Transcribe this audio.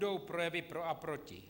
Budou projevy pro a proti.